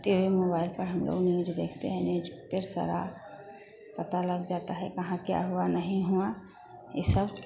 T भी mobile पर हम लोग न्यूज देखते हैं न्यूज पर सारा पता लग जाता है कहाँ क्या हुआ नहीं हुआ यह सब